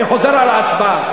אני חוזר על ההצבעה.